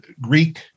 Greek